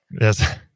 Yes